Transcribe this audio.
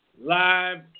Live